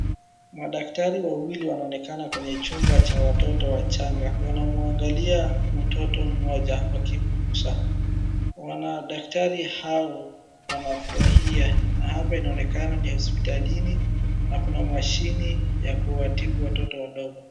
Madaktari wawili wanaonekana kwenye chumba cha watoto wachanga. Wanamuangalia mtoto mmoja wakimgusa. Wana daktari hao wanafurahia na hapa inaonekana ni hospitalini na kuna mashini ya kuwatibu watoto wadogo.